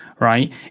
right